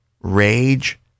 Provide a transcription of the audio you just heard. rage